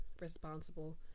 responsible